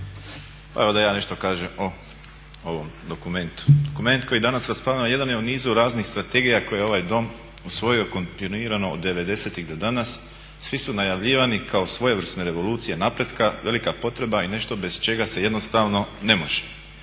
Evo da i ja nešto kažem o ovom dokumentu. Dokument koji danas raspravljamo jedan je u nizu raznih strategija koje je ovaj Dom usvojio kontinuirano od '90.-ih do danas, svi su najavljivani kao svojevrsne revolucije napretka, velika potreba i nešto bez čega se jednostavno ne može.